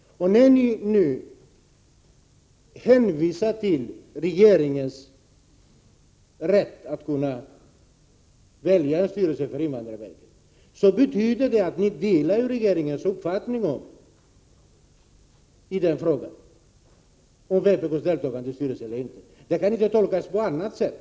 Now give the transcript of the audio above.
När ni nu hänvisar till regeringens rätt att välja styrelse för invandrarverket innebär det att ni delar regeringens uppfattning i frågan om vpk:s deltagande i styrelsen. Ert yttrande kan inte tolkas på annat sätt.